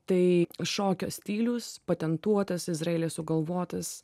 tai šokio stilius patentuotas izraelyje sugalvotas